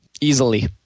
easily